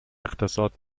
اقتصاد